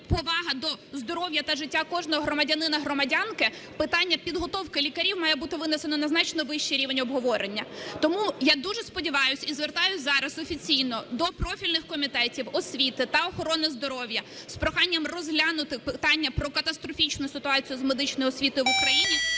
повага до здоров'я та життя кожного громадянина (громадянки), питання підготовки лікарів має бути винесено на значно вищий рівень обговорення. Тому я дуже сподіваюсь, і звертаюсь зараз офіційно до профільних комітетів освіти та охорони здоров'я з проханням розглянути питання про катастрофічну ситуацію з медичною освітою в Україні